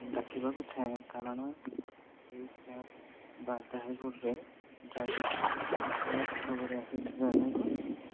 ଡାକିବାକୁ ଚାଏଁ କାରଣ ସେଇ କ୍ୟାବ୍ ବା ଡ୍ରାଇଭର୍ରେ ଡ୍ରାଇଭର୍ଟି ଲେଟ୍ ଭାବରେ ଆସୁଥିବା